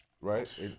right